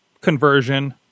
conversion